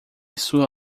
sua